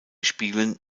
spielen